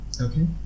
Okay